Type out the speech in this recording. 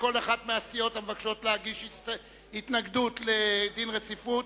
כל אחת מהסיעות המבקשות להגיש התנגדות לדין רציפות